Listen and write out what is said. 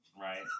Right